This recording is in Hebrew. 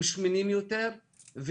הם שמנים יותר,